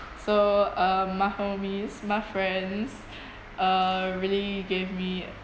so uh my homies my friends uh really gave me